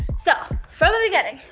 so from the beginning,